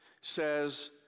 says